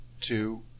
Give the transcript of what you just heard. two